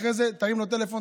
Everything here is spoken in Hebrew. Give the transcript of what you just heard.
אחרי זה תרים לו טלפון,